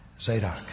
Zadok